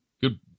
good